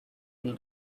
will